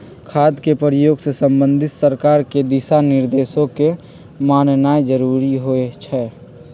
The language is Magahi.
खाद के प्रयोग से संबंधित सरकार के दिशा निर्देशों के माननाइ जरूरी होइ छइ